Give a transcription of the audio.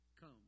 come